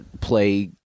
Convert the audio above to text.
play